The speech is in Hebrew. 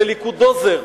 ל"ליכודוזר",